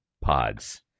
pods